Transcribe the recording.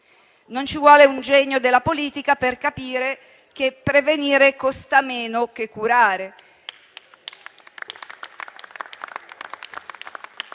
Non ci vuole un genio della politica per capire che prevenire costa meno che curare